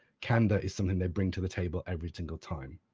candour is something they bring to the table every single time.